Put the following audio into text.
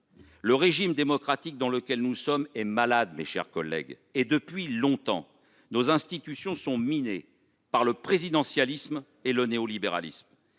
régime démocratique est malade, mes chers collègues, et ce depuis longtemps. Nos institutions sont minées par le présidentialisme et le néolibéralisme.